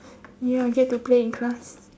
ya I get to play in class